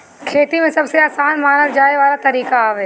खेती में सबसे आसान मानल जाए वाला तरीका हवे